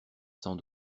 sans